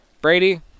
Brady